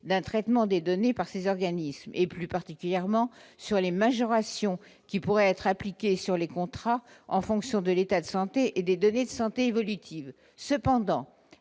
d'un traitement des données par ces organismes et plus particulièrement sur les majorations, qui pourrait être appliquée sur les contrats en fonction de l'état de santé et des données de santé évolutive cependant